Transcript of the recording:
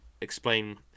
explain